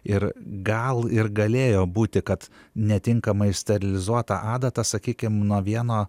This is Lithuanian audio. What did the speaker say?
ir gal ir galėjo būti kad netinkamai sterilizuotą adatą sakykim na vieno